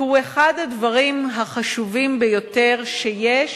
כי הוא אחד הדברים החשובים ביותר שיש